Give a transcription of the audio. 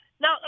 Now